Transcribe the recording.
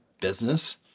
business